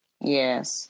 Yes